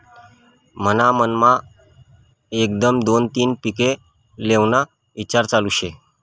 मन्हा मनमा एकदम दोन तीन पिके लेव्हाना ईचार चालू शे